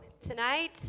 tonight